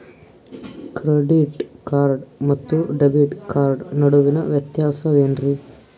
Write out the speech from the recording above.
Credit card ಮತ್ತು debit card ನಡುವಿನ ವ್ಯತ್ಯಾಸ ವೇನ್ರೀ?